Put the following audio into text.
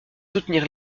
soutenir